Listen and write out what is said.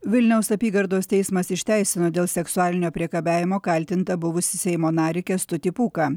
vilniaus apygardos teismas išteisino dėl seksualinio priekabiavimo kaltintą buvusį seimo narį kęstutį pūką